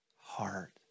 heart